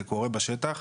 זה קורה בשטח.